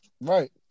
Right